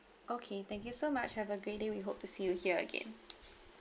okay thank you so much have a great day we hope to see you here again